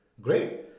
Great